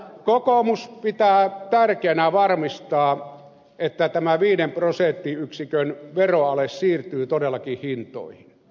kokoomus pitää tärkeänä varmistaa että tämä viiden prosenttiyksikön veroale siirtyy todellakin hintoihin